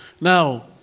Now